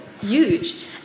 huge